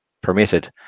permitted